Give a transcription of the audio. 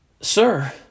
Sir